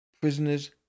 Prisoner's